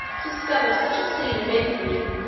discovered such a scene of infamy,